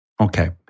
Okay